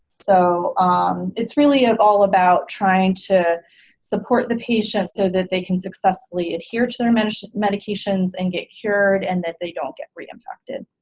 so it's really all about trying to support the patient so that they can successfully adhere to their many medications and get cured and that they don't get reinfected.